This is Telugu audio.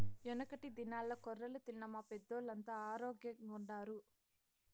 యెనకటి దినాల్ల కొర్రలు తిన్న మా పెద్దోల్లంతా ఆరోగ్గెంగుండారు